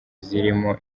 zirimo